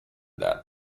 that